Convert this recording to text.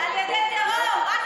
כן, על ידי טרור, על ידי טרור.